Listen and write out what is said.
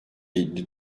elli